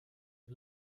the